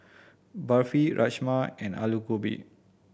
Barfi Rajma and Alu Gobi